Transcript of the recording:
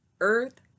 earth